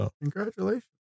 Congratulations